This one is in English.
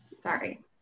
Sorry